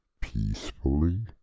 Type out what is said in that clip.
peacefully